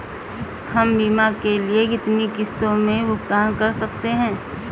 हम बीमा के लिए कितनी किश्तों में भुगतान कर सकते हैं?